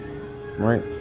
right